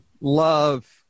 love